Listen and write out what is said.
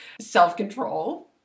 self-control